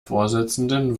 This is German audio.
vorsitzenden